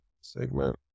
segment